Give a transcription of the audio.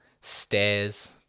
stairs